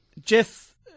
Jeff